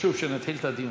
חשוב שנתחיל את הדיון.